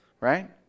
Right